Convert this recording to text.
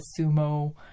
sumo